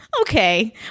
Okay